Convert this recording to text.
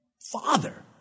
father